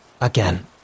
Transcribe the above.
Again